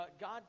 God